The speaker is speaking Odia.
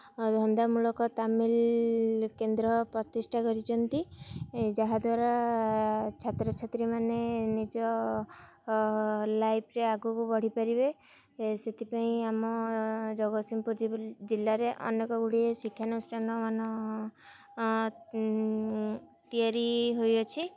ଧନ୍ଦାମୂଳକ ତାଲିମ କେନ୍ଦ୍ର ପ୍ରତିଷ୍ଠା କରିଛନ୍ତି ଯାହା ଦ୍ୱାରା ଛାତ୍ରଛାତ୍ରୀମାନେ ନିଜ ଲାଇଫ୍ରେ ଆଗକୁ ବଢ଼ିପାରିବେ ସେଥିପାଇଁ ଆମ ଜଗତସିଂହପୁର ଜିଲ୍ଲାରେ ଅନେକ ଗୁଡ଼ିଏ ଶିକ୍ଷାନୁଷ୍ଠାନମାନ ତିଆରି ହୋଇଅଛି